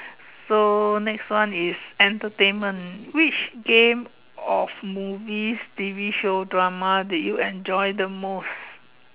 so next one is entertainment which game of movies T_V show drama did you enjoy the most